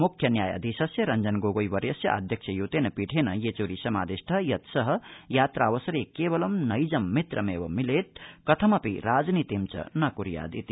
मुख्य न्यायाधीशस्य रंजन गोगोई वर्यस्य आध्यक्ष्य युतेन पीठेन येच्री समादिष्ट यत् स यात्रावसरे केवलं नैजं मित्रमेव मिलेत् कथमपि राजनीति च न कुर्यादिति